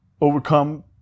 overcome